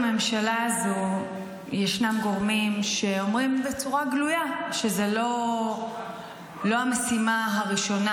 בממשלה הזו ישנם גורמים שאומרים בצורה גלויה שזו לא המשימה הראשונה